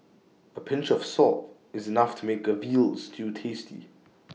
A pinch of salt is enough to make A Veal Stew tasty